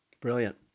Brilliant